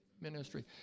ministry